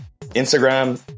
Instagram